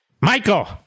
Michael